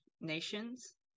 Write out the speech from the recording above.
nations